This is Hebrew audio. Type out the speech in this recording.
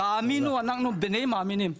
תאמינו, אנחנו בני מאמינים.